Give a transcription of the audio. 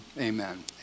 amen